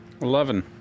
eleven